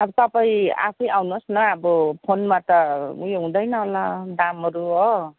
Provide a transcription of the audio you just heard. अब तपाईँ आफै आउनुहोस् न अब फोनमा त उयो हुँदैन होला दामहरू हो